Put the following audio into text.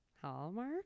Hallmark